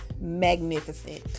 magnificent